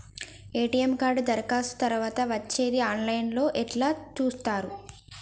ATM card దరఖాస్తు తరువాత వచ్చేది ఆన్ లైన్ లో ఎట్ల చూత్తరు?